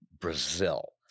Brazil